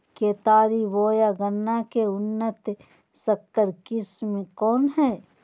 केतारी बोया गन्ना के उन्नत संकर किस्म कौन है?